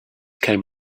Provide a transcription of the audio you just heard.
came